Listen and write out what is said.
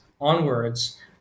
onwards